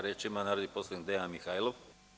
Reč ima narodni poslanik Dejan Mihajlov.